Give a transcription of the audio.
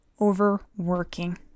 overworking